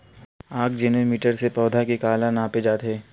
आकजेनो मीटर से पौधा के काला नापे जाथे?